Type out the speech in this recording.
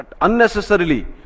unnecessarily